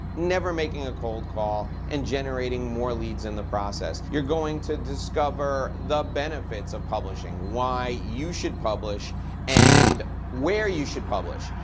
never making a cold call and generating more leads in the process. you're going to discover the benefits of publishing. why you should publish and where you should publish.